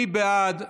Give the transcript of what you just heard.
מי בעד?